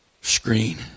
screen